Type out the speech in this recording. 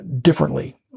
differently